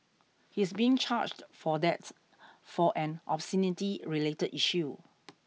he is being charged for that for an obscenity related issue